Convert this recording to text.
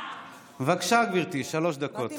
בבקשה, גברתי, שלוש דקות.